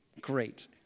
Great